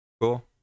cool